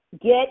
get